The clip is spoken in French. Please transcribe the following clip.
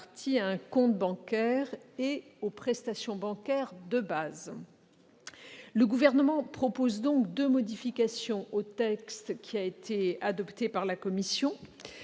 à un compte bancaire et aux prestations bancaires de base. Le Gouvernement propose donc deux modifications au texte adopté par la commission.